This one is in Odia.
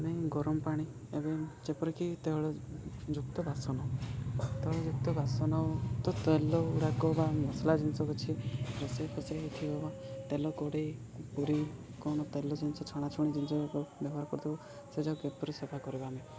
ଗରମ ପାଣି ଏବେ ଯେପରିକି ତୈଳ ଯୁକ୍ତ ବାସନ ତୈଳଯୁକ୍ତ ବାସନ ତ ତୈଳ ଗୁଡ଼ାକ ବା ମସଲା ଜିନିଷ କିଛି ରୋଷେଇ କୋଷେଇ ହେଇଥିବା ତେଲ କଡ଼େଇ ପୁରୀ କ'ଣ ତେଲ ଜିନିଷ ଛଣାଛୁଣି ଜିନିଷ ବ୍ୟବହାର କରିଥାଉ ସେଯାକ କିପରି ସଫା କରିବା ଆମେ